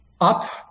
up